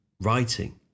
writing